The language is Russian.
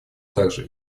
также